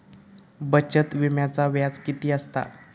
बचत विम्याचा व्याज किती असता?